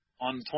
on